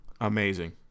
Amazing